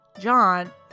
John